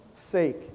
sake